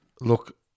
look